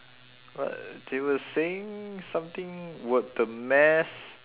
what they were saying something about the mass